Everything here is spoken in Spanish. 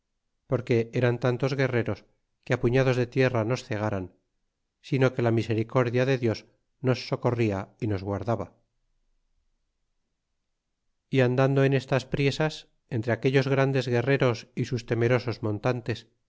porque eran tantos guerreros que puñados de tierra nos cegaran sino que la gran misericordia de dios nos socorria y nos guardaba y andando en estas priesas entre aquellos grandes guerreros y sus temerosos montantes